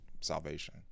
salvation